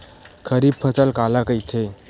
खरीफ फसल काला कहिथे?